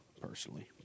personally